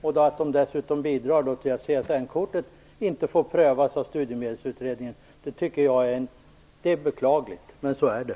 De bidrar dessutom till att CSN-kortet inte får prövas av Studiemedelsutredningen. Jag tycker att det är beklagligt, men så är det.